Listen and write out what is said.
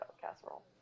casserole